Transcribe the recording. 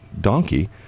donkey